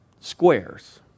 squares